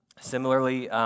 Similarly